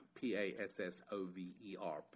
P-A-S-S-O-V-E-R